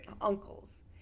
uncles